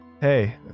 Hey